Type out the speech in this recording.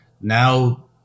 Now